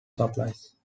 supplies